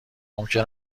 ممکن